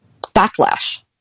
backlash